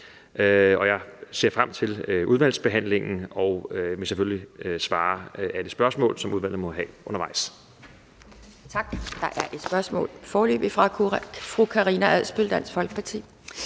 Jeg ser frem til udvalgsbehandlingen og vil selvfølgelig besvare alle spørgsmål, som udvalget måtte have undervejs.